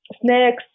snacks